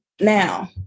Now